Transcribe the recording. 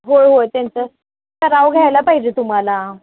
होय होय त्यांचा ठराव घ्यायला पाहिजे तुम्हाला